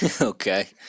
Okay